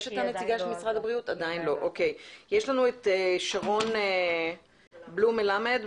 יש לנו שרון בלום מלמד,